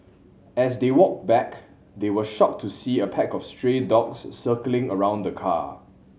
as they walked back they were shocked to see a pack of stray dogs circling around the car